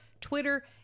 twitter